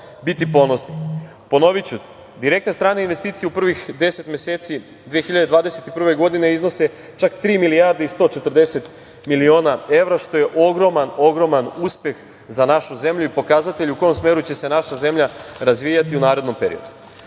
biti ponosni. Ponoviću, direktne strane investicije u prvih 10 meseci 2021. godine iznose, čak tri milijarde 140 miliona evra, što je ogroman uspeh za našu zemlju i pokazatelj u kome smeru će se naša zemlja razvijati u narednom periodu. Ovo